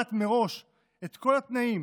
לדעת מראש את כל התנאים